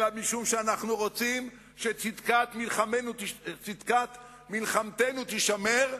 אלא משום שאנחנו רוצים שצדקת מלחמתנו תישמר,